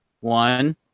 One